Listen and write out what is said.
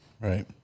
Right